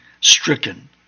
stricken